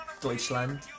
Deutschland